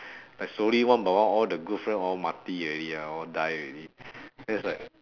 like slowly one by one all the good friend all mati already ah all die already then it's like